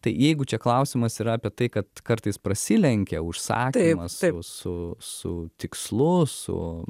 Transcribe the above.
tai jeigu čia klausimas yra apie tai kad kartais prasilenkia užsakymas su su tikslu su